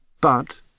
But